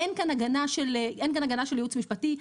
אין כאן הגנה של ייעוץ משפטי,